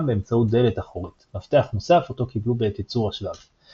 באמצעות דלת אחורית - מפתח נוסף אותו קיבלו בעת ייצור השבב.